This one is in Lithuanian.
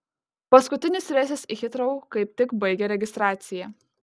paskutinis reisas į hitrou kaip tik baigė registraciją